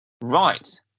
Right